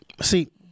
See